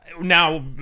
Now